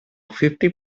fifty